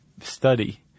study